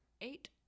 eight